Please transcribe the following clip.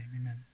Amen